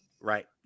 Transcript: right